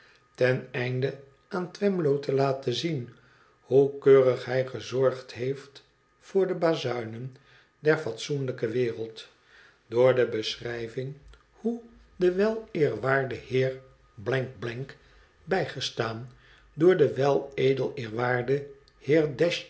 ten einde aan twemlow te laten zien hoe keurig hij gezorgd heeft voor de bazuinen der fatsoenlijke wereld door de beschrijving hoe de wel eerwaarde heer blank blanke bijgestaan door den wel